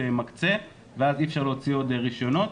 מקצה ואז אי אפשר להוציא עוד רישיונות,